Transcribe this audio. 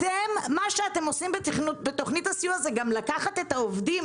מה שאתם עושים בתוכנית הסיוע זה גם לקחת את העובדים